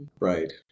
Right